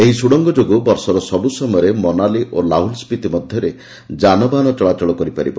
ଏହି ସ୍ୱଡ଼ଙ୍ଗ ଯୋଗୁଁ ବର୍ଷର ସବୁ ସମୟରେ ମନାଲି ଓ ଲାହୁଲ ସ୍ୱିତି ମଧ୍ୟରେ ଯାନବାହନ ଚଳାଚଳ କରିପାରିବ